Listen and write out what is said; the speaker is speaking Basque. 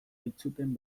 baitzuten